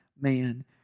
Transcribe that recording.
man